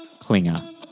Klinger